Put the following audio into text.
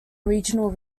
regional